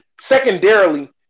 secondarily